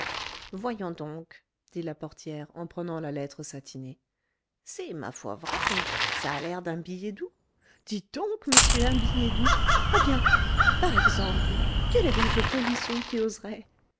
voyons donc dit la portière en prenant la lettre satinée c'est ma foi vrai ça a l'air d'un billet doux dites donc monsieur un billet doux ah bien par exemple quel est donc le polisson qui oserait